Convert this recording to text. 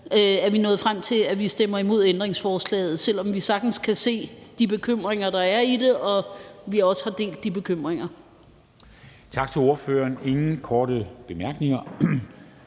nået frem til, at vi stemmer imod ændringsforslaget, selv om vi sagtens kan se de bekymringer, der er i det, og vi også har delt de bekymringer. Kl. 10:10 Formanden